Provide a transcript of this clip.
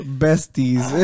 besties